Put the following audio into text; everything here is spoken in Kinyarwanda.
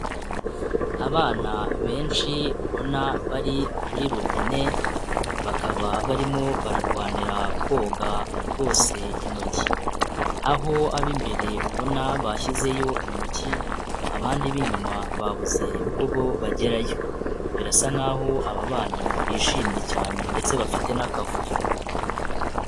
Abana benshi ubona bari kuri robine, bakaba barimo bararwanira koga bose intoki, aho ab'imbere ubona bashyizeyo intoki abandi b'inyuma babuze uko bo bagerayo, birasa nkaho aba bana bishimye cyane ndetse bafite n'akavuyo.